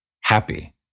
happy